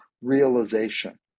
realization